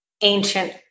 ancient